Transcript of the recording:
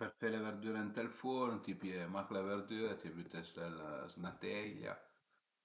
Për fe le verdüre ënt ël furn t'i pìe mach le verdüre, t'i büte sü 'na teglia